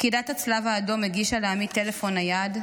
פקידת הצלב האדום הגישה לעמית טלפון נייד,